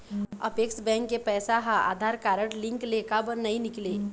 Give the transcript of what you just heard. Apex bank के पैसा हा आधार कारड लिंक ले काबर नहीं निकले?